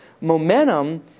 Momentum